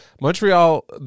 Montreal